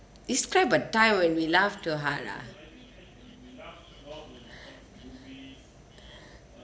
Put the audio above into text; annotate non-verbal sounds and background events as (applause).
describe a time when we laughed too hard ah (breath)